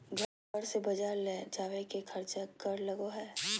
घर से बजार ले जावे के खर्चा कर लगो है?